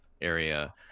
area